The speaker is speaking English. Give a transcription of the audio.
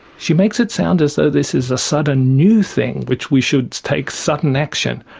she makes it sound as though this is a sudden new thing which we should take sudden action.